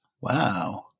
Wow